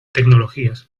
tecnologías